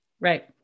Right